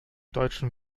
deutschen